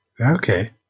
Okay